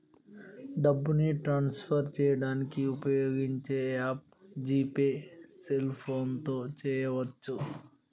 డబ్బుని ట్రాన్స్ఫర్ చేయడానికి ఉపయోగించే యాప్ జీ పే సెల్ఫోన్తో చేయవచ్చు